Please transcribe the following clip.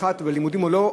פתיחת הלימודים או לא,